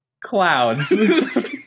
Clouds